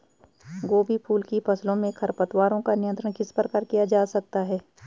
गोभी फूल की फसलों में खरपतवारों का नियंत्रण किस प्रकार किया जा सकता है?